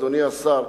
אדוני השר,